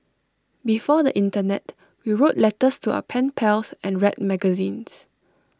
before the Internet we wrote letters to our pen pals and read magazines